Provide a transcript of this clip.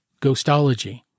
Ghostology